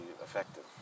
effective